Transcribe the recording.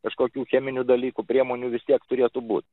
kažkokių cheminių dalykų priemonių vis tiek turėtų būt